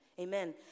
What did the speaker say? Amen